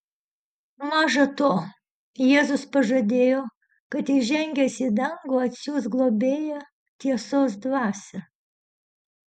maža to jėzus pažadėjo kad įžengęs į dangų atsiųs globėją tiesos dvasią